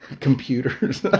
computers